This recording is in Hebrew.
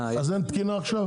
אז אין תקינה עכשיו?